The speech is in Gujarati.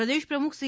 પ્રદેશ પ્રમુખ સી